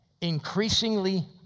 increasingly